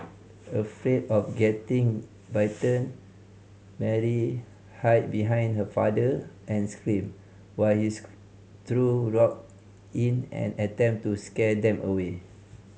afraid of getting bitten Mary hid behind her father and screamed while he threw rock in an attempt to scare them away